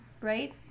right